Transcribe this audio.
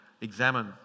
examine